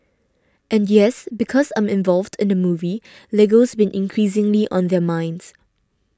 and yes because I'm involved in the movie Lego's been increasingly on their minds